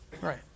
Right